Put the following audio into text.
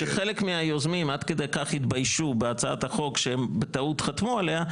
שחלק מהיוזמים עד כדי כך התביישו בהצבעת החוק שהם בטעות חתמו עליה,